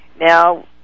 Now